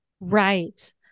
Right